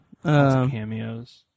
Cameos